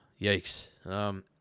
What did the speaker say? yikes